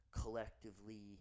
collectively